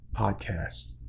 Podcast